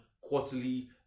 quarterly